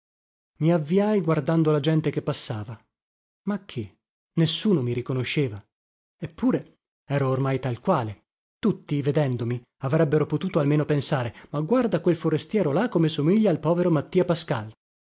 i avviai guardando la gente che passava ma che nessuno mi riconosceva eppure ero ormai tal quale tutti vedendomi avrebbero potuto almeno pensare ma guarda quel forestiero là come somiglia al povero mattia pascal